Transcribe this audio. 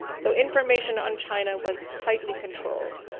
so information on china was tightly controlled.